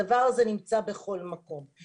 הדבר הזה נמצא בכל מקום.